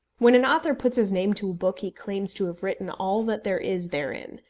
when an author puts his name to a book he claims to have written all that there is therein,